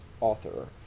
author